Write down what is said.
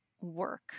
work